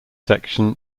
section